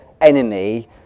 enemy